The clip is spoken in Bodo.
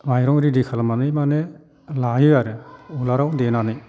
माइरं रिदि खालामनानै मानि लायो आरो उलारआव देनानै